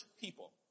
people